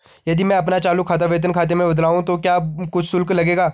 यदि मैं अपना चालू खाता वेतन खाते में बदलवाऊँ तो क्या कुछ शुल्क लगेगा?